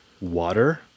water